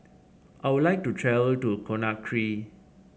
I would like to travel to Conakry